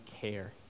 care